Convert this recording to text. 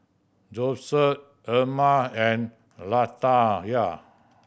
Joeseph Erma and Latanya